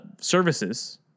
services